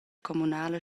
communala